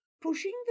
Pushing